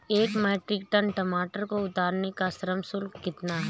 एक metric ton टमाटर को उतारने का श्रम शुल्क कितना होगा?